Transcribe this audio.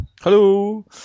hello